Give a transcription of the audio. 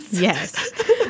yes